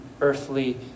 earthly